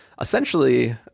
essentially